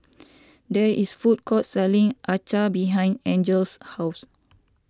there is a food court selling Acar behind Angel's house